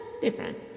different